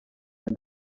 and